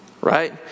right